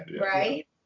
right